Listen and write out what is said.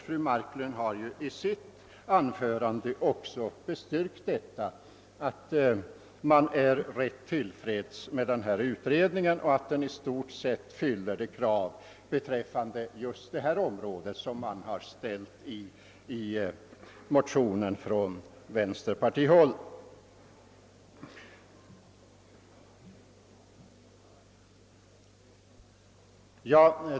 Fru Marklund har i sitt anförande bekräftat att motionärerna är till freds med denna utredning och att den i stort sett tillgodoser de krav som i detta avseende framförts i vänsterpartimotionen.